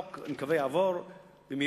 אני מקווה שהחוק יעבור במהירות.